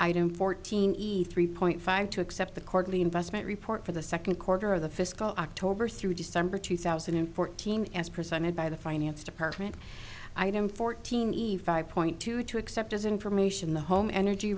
don't fourteen ethe report five to accept the quarterly investment report for the second quarter of the fiscal october through december two thousand and fourteen as presented by the finance department item fourteen eve five point two two accept as information the home energy